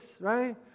right